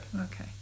Okay